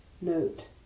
Note